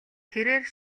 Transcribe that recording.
тэрээр